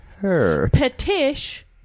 Petish